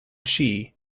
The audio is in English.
chi